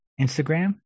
Instagram